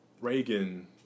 Reagan